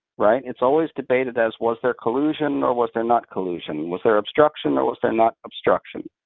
right? it's always debated as was there collusion or was there not collusion, was there obstruction or was there not obstruction.